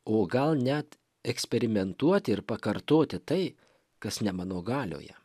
o gal net eksperimentuoti ir pakartoti tai kas ne mano galioje